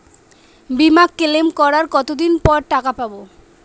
বিমা ক্লেম করার কতদিন পর টাকা পাব?